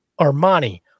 Armani